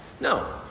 No